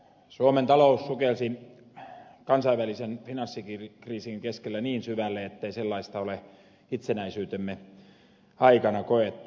suomen talous sukelsi kansainvälisen finanssikriisin keskellä niin syvälle ettei sellaista ole itsenäisyytemme aikana koettu